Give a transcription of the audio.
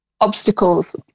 obstacles